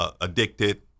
addicted